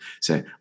say